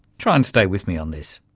try and stay with me on this.